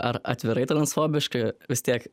ar atvirai transfobiški vis tiek